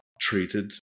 treated